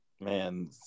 man